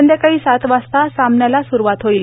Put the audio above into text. संध्याकाळी सात वाजता सामन्याला सुरूवात होईल